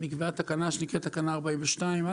נקבעה תקנה שנקראת תקנה 42א,